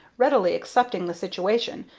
readily accepting the situation,